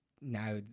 now